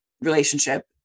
relationship